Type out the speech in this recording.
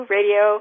Radio